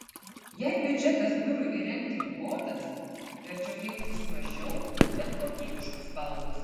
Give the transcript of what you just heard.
jei biudžetas biurui įrengti ribotas verčiau rinktis mažiau bet kokybiškus baldus